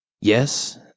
yes